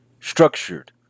structured